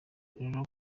rero